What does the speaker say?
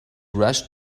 rush